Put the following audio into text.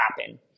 happen